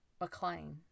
McLean